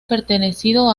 pertenecido